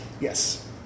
Yes